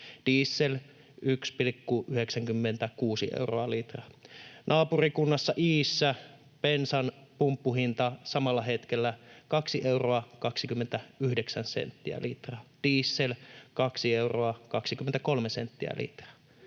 diesel 1,96 euroa litra. Naapurikunnassa Iissä bensan pumppuhinta samalla hetkellä 2,29 euroa litra, diesel 2,23 euroa litra